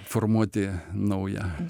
formuoti naują